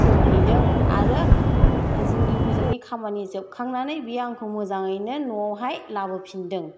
दोनहैदों आरो जोंनि हजोंनि खामानि जोबखांनानै बियो आंखौ मोजाङैनो न'आवहाय लाबोफिनदों